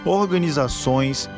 organizações